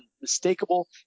unmistakable